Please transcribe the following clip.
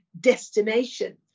destination